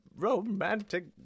romantic